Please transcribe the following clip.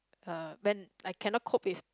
uh when I cannot cope with